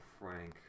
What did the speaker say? Frank